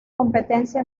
competencia